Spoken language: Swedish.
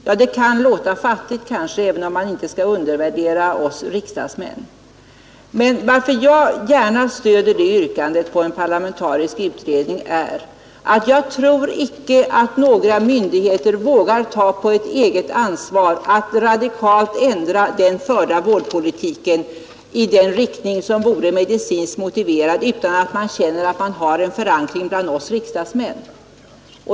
Ja, det kan kanske låta fattigt, även om man inte bör undervärdera oss riksdagsmän, men jag stöder yrkandet på en parlamentarisk utredning därför att jag icke tror att några myndigheter vågar ta på sitt ansvar att radikalt ändra den förda vårdpolitiken i den riktning som vore medicinskt motiverad utan att känna att de har en förankring bland oss riksdagsmän.